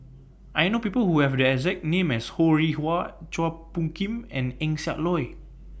I know People Who Have The exact name as Ho Rih Hwa Chua Phung Kim and Eng Siak Loy